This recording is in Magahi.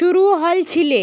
शुरू हल छिले